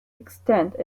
extend